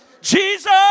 Jesus